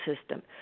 system